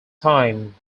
time